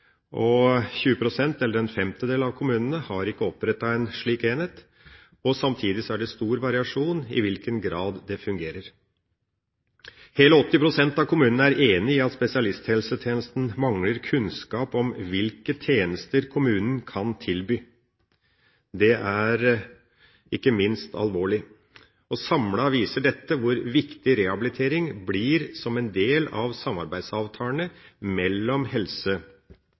eller en femtedel – av kommunene har ikke opprettet en slik enhet. Samtidig er det stor variasjon i hvilken grad det fungerer. Hele 80 pst. av kommunene er enig i at spesialisthelsetjenesten mangler kunnskap om hvilke tjenester kommunen kan tilby. Det er, ikke minst, alvorlig. Samlet sett viser dette hvor viktig rehabilitering blir som en del av samarbeidsavtalene mellom